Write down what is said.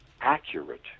accurate